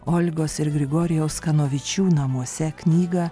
olgos ir grigorijaus kanovičių namuose knygą